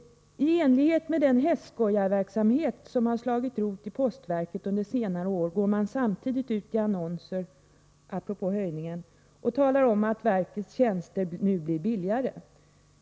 ”I enlighet med den hästskojaranda som har slagit rot i postverket under senare år går man samtidigt ut i annonser” — apropå höjningen — ”och talar om att verkets tjänster blir billigare.